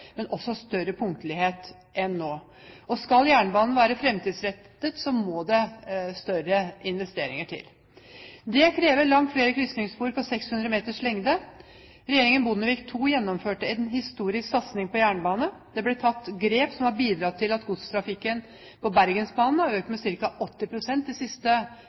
men også større punktlighet enn nå. Skal jernbanen være fremtidsrettet, må det større investeringer til. Det krever langt flere krysningsspor på 600 m lengde. Regjeringen Bondevik II gjennomførte en historisk satsning på jernbane. Det ble tatt grep som har bidratt til at godstrafikken på Bergensbanen har økt med ca. 80 pst. de siste